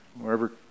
Wherever